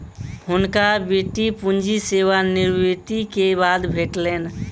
हुनका वृति पूंजी सेवा निवृति के बाद भेटलैन